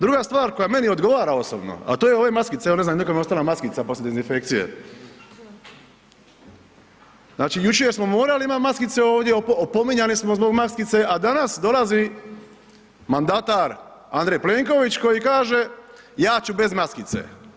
Druga stvar, koja meni odgovara osobno, a to je ove maskice, evo ne znam nekom je ostala maskica poslije dezinfekcije, znači jučer smo morali imati maskice ovdje, opominjani smo zbog maskica, a danas dolazi mandatar Andrej Plenković, koji kaže ja ću bez maskice.